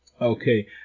Okay